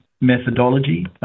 methodology